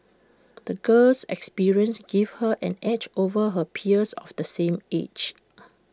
the girl's experiences gave her an edge over her peers of the same age